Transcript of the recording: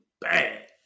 bad